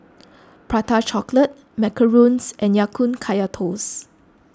Prata Chocolate Macarons and Ya Kun Kaya Toast